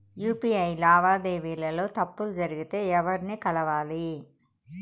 UPI లావాదేవీల లో తప్పులు జరిగితే ఎవర్ని కలవాలి?